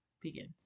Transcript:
begins